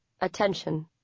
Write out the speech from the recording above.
Attention